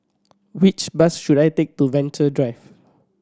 which bus should I take to Venture Drive